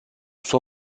suo